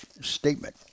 statement